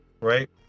right